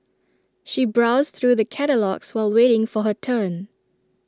she browsed through the catalogues while waiting for her turn